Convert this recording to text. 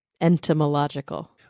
entomological